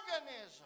organism